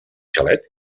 xalet